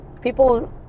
people